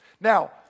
Now